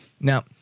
Now